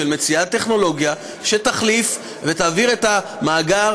למציאת טכנולוגיה שתחליף ותעביר את המאגר